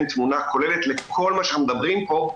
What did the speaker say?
תמונה כוללת לכל מה שאנחנו מדברים פה,